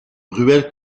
ruelle